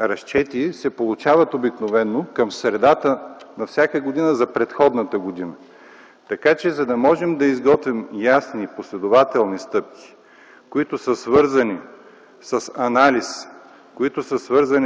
разчети се получават обикновено към средата на всяка година за предходната година. За да можем да изготвим ясни и последователни стъпки, които са свързани с анализ,